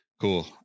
Cool